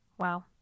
Wow